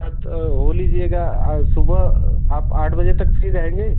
साथ हो लीजिएगा और सुबह आप आठ बजे तक फ्री रहेंगे